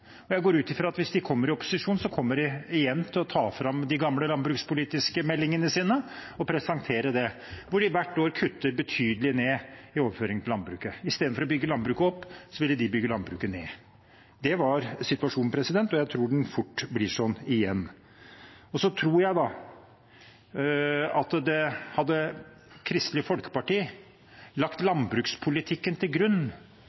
Jeg går ut fra at hvis de kommer i opposisjon, kommer de igjen til å ta fram de gamle landbrukspolitiske meldingene sine og presentere det, der de hvert år kutter betydelig i overføring til landbruket. Istedenfor å bygge landbruket opp ville de bygge landbruket ned. Det var situasjonen, og jeg tror den fort blir sånn igjen. Jeg tror at hvis Kristelig Folkeparti hadde lagt landbrukspolitikken til grunn